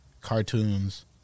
cartoons